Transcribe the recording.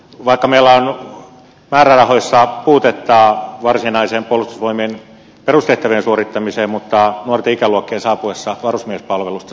vaikka meillä on määrärahoissa puutetta puolustusvoimien varsinaisten perustehtävien suorittamiseen mutta hoiti ikäluokkien saapuessa varusmiespalvelusta